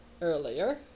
earlier